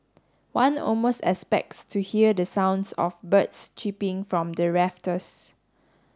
one almost expects to hear the sounds of birds chirping from the rafters